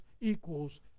equals